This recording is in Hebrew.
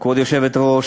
כבוד היושבת-ראש,